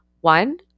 one-